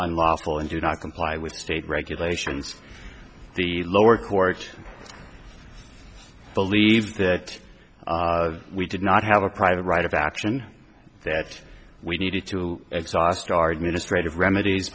unlawful and do not comply with state regulations the lower court believed that we did not have a private right of action that we needed to exhaust our administrative remedies